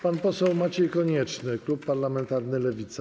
Pan poseł Maciej Konieczny, klub parlamentarny Lewica.